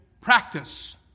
practice